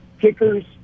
kickers